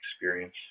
experience